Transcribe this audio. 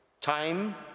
time